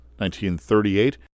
1938